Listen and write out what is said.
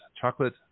chocolate